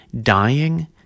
dying